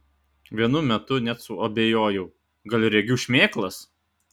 vienu metu net suabejojau gal regiu šmėklas